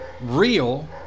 real